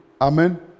Amen